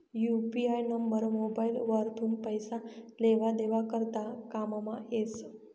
UPI number mobile वरथून पैसा लेवा देवा करता कामंमा येस